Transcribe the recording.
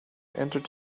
entered